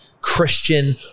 Christian